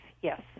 yes